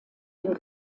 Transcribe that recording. dem